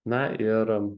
na ir